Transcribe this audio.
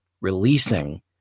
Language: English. releasing